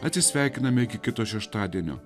atsisveikiname iki kito šeštadienio